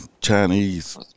Chinese